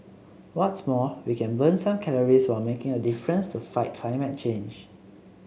what's more we can burn some calories while making a difference to fight climate change